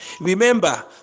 Remember